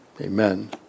Amen